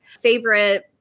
favorite